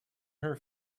her